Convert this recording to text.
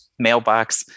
mailbox